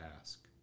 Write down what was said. ask